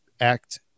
act